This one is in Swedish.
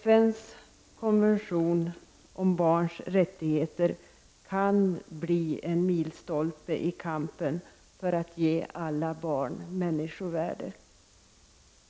FNs konvention om barns rättigheter kan bli en milstolpe i kampen för att ge alla barn människovärde.